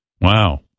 Wow